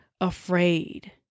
afraid